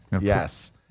Yes